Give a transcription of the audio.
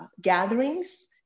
gatherings